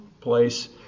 place